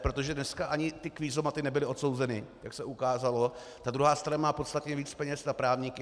Protože dnes ani ty kvízomaty nebyly odsouzeny, jak se ukázalo, ta druhá strana má podstatně víc peněz na právníky.